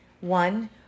One